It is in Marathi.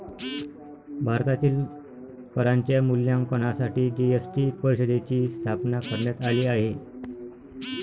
भारतातील करांच्या मूल्यांकनासाठी जी.एस.टी परिषदेची स्थापना करण्यात आली आहे